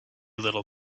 little